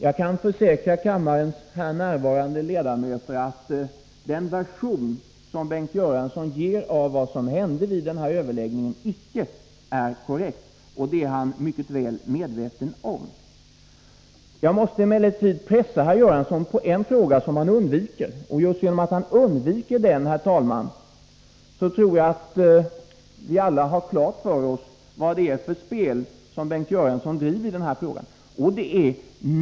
Jag kan försäkra i kammaren närvarande ledamöter att den version som Bengt Göransson ger av vad som hände vid den här överläggningen icke är korrekt. Det är han mycket väl medveten om. Jag måste emellertid pressa herr Göransson på en fråga, som han undviker. Just genom att han undviker den, herr talman, tror jag att vi alla fått klart för oss vad det är för spel som Bengt Göransson driver i den här frågan.